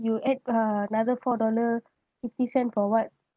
you add uh another four dollar fifty cent for what